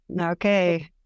Okay